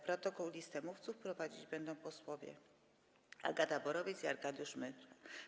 Protokół i listę mówców prowadzić będą posłowie Agata Borowiec i Arkadiusz Myrcha.